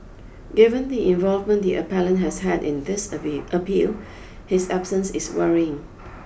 given the involvement the appellant has had in this appeal his absence is worrying